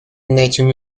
nature